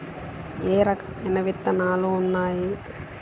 ఏ రకమైన విత్తనాలు ఉన్నాయి?